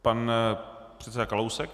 Pan předseda Kalousek.